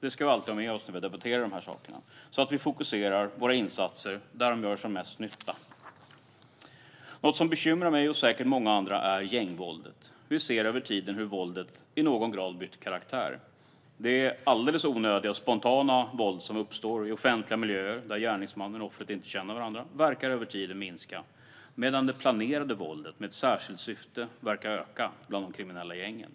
Det ska vi alltid ha med oss när vi debatterar dessa saker så att vi fokuserar våra insatser där de gör som mest nytta. Något som bekymrar mig och säkert många andra är gängvåldet. Vi ser över tiden hur våldet i någon grad har bytt karaktär. Det alldeles onödiga och spontana våld som uppstår i offentliga miljöer där gärningsmannen och offret inte känner varandra verkar över tiden minska medan det planerade våldet med ett särskilt syfte verkar öka bland de kriminella gängen.